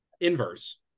Inverse